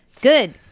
good